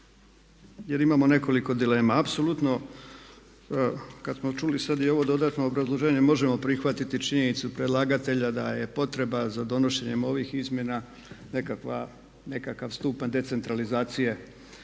jer imamo nekoliko dilema. Apsolutno kada smo čuli sada i ovo dodatno obrazloženje možemo prihvatiti činjenicu predlagatelja da je potreba za donošenjem ovih izmjena nekakav stupanj decentralizacije